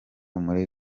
muri